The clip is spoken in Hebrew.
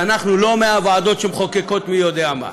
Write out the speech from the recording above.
ואנחנו לא מהוועדות שמחוקקות מי יודע מה.